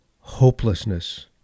hopelessness